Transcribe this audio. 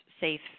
safe